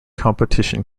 competition